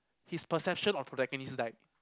his possession of protagonist died